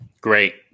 Great